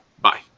Bye